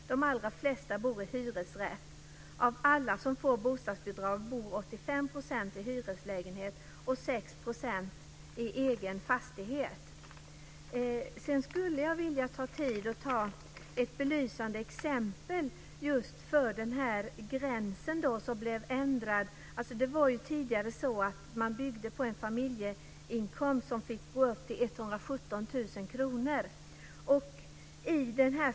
De allra flesta av dem bor i hyresrätt. Av alla dem som får bostadsbidrag bor 85 % i hyreslägenhet och 6 % i egen fastighet. Jag skulle också vilja ta tid i anspråk för ett belysande exempel i anslutning till ändringen av inkomstgränsen. Systemet byggde tidigare på en familjeinkomst om upp till 117 000 kr.